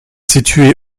situé